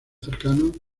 cercanos